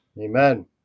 Amen